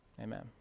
Amen